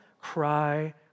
cry